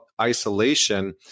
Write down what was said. isolation